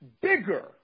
bigger